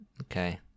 Okay